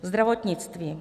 Zdravotnictví.